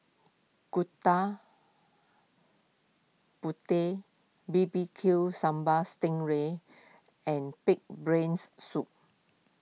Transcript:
Gooda Putih B B Q Sambal Sting Ray and Pig's Brains Soup